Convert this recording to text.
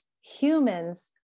humans